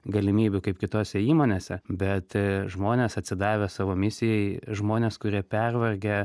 galimybių kaip kitose įmonėse bet žmonės atsidavę savo misijai žmonės kurie pervargę